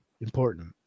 important